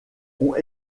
ont